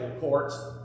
courts